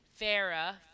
Farah